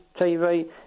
TV